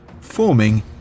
forming